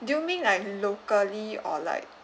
do you mean like locally or like